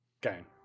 game